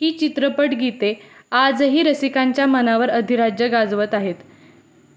ही चित्रपट गीते आजही रसिकांच्या मनावर अधिराज्य गाजवत आहेत